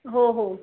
हो हो